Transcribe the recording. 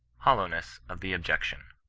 hollowness of the objection.